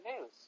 news